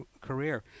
career